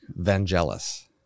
Vangelis